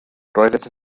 roeddent